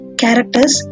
characters